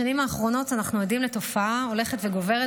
בשנים האחרונות אנחנו עדים לתופעה הולכת וגוברת